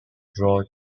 draw